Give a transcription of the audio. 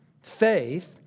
faith